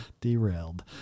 derailed